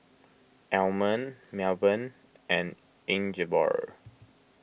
Almond Melbourne and Ingeborg